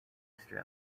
strip